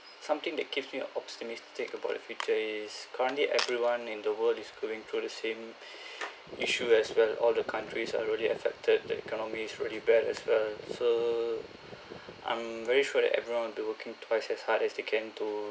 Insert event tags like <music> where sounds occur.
something that keeps me optimistic about the future is currently everyone in the world is going through the same <breath> issue as well all the countries are really affected the economy is really bad as well so <breath> I'm very sure that everyone will be working twice as hard as they can to